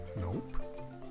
Nope